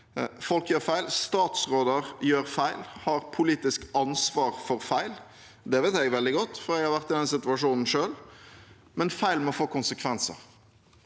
Folk gjør feil. Statsråder gjør feil og har politisk ansvar for feil. Det vet jeg veldig godt, for jeg har vært i den situasjonen selv. Feil må få konsekvenser.